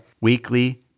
weekly